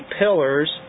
pillars